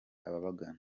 ababagana